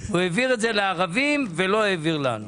הוא העביר לערבים ולא לנו.